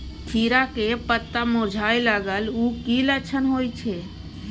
खीरा के पत्ता मुरझाय लागल उ कि लक्षण होय छै?